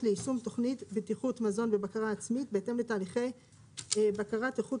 ליישום תוכנית בטיחות מזון ובקרה עצמית בהתאם לתהליכי בקרת איכות